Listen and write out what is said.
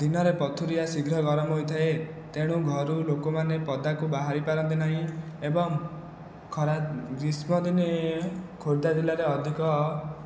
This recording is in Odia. ଦିନରେ ପଥୁରିଆ ଶୀଘ୍ର ଗରମ ହୋଇଥାଏ ତେଣୁ ଘରୁ ଲୋକମାନେ ପଦାକୁ ବାହାରି ପାରନ୍ତି ନାହିଁ ଏବଂ ଖରା ଗ୍ରୀଷ୍ମ ଦିନେ ଖୋର୍ଦ୍ଧା ଜିଲ୍ଲାରେ ଅଧିକ